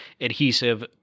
adhesive